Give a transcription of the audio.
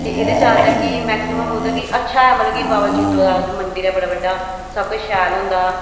ते जैदातर की मैक्सिमम उद्धर कि अच्छा मतलब कि बाबा जित्तो दा मंदिर ऐ बड़ा बड्डा सब किश शैल होंदा